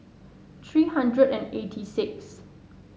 three hundred and eighty sixth